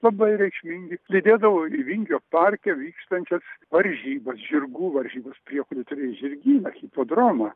labai reikšmingi lydėdavau į vingio parke vykstančias varžybas žirgų varžybas priekuly turėjo žirgyną hipodromą